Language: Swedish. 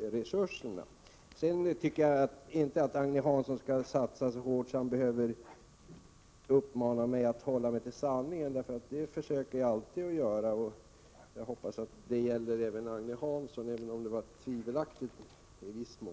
resurserna. Jag tycker inte att Agne Hansson skall satsa så hårt så att han behöver uppmana mig att hålla mig till sanningen. Det försöker jag alltid att göra. Jag hoppas att det gäller även Agne Hansson, även om det som han sade i viss mån var tvivelaktigt.